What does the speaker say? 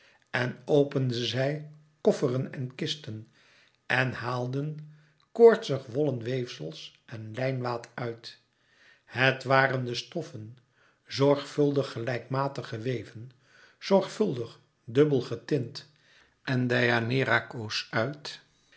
en openden zij kofferen en kisten en haalden koortsig wollen weefsel en lijnwaad uit het waren de stoffen zorgvuldig gelijkmatig geweven zorgvuldig dubbel getint en deianeira koos uit